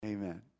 Amen